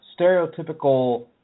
stereotypical